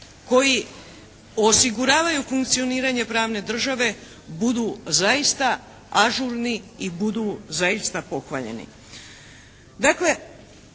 koji osiguravaju funkcioniranje pravne države budu zaista ažurni i budu zaista pohvaljeni.